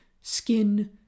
skin